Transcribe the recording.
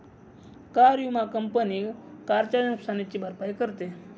car विमा company कारच्या नुकसानीची भरपाई करते